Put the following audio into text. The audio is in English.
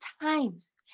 times